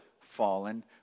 fallen